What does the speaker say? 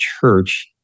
church